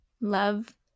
love